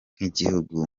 nk’igihugu